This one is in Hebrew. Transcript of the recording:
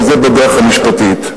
וזה בדרך המשפטית.